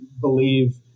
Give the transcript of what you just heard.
believe